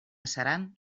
seran